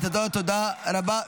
תודה רבה.